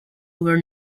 over